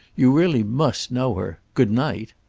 you really must know her. good-night.